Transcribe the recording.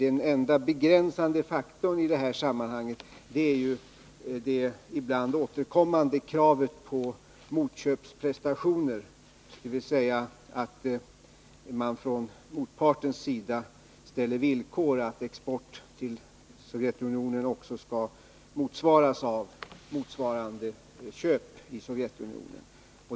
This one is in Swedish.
Den enda begränsande faktorn i det här sammanhanget är ju det ibland återkommande kravet på motköpsprestationer, dvs. att man från motpartens sida ställer villkor att export till Sovjetunionen skall motsvaras av likvärdiga köp i Sovjetunionen.